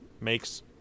makes